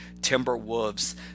Timberwolves